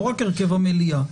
לא רק הרכב המליאה.